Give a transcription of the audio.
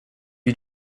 you